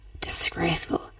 disgraceful